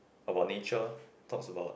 about nature talks about